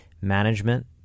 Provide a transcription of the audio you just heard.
management